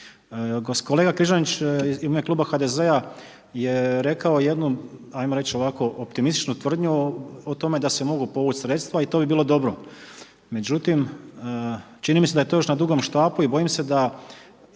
Kolega Križanić u ime Kluba HDZ-a je rekao jednom, ajmo reći ovako optimističnu tvrdnju o tome da se mogu povući sredstva i to bi bilo dobro. Međutim, čini mi se da je to još na dugom štapu i bojim se da